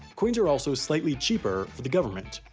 coins are also slightly cheaper for the government.